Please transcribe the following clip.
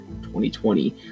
2020